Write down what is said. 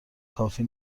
کافی